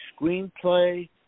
screenplay